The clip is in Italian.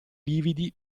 lividi